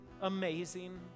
amazing